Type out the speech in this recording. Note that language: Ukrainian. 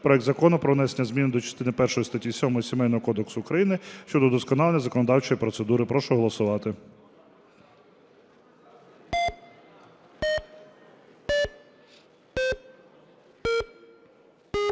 проект Закону про внесення зміни до частини першої статті 7 Сімейного кодексу України щодо удосконалення законодавчої процедури. Прошу голосувати.